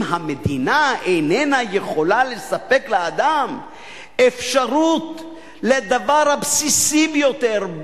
אם המדינה איננה יכולה לספק לאדם אפשרות לדבר הבסיסי ביותר,